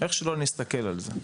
איך שלא נסתכל על זה.